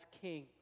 king